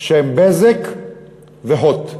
שהם "בזק" ו"הוט",